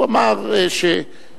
הוא אמר שכרגע,